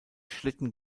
schlitten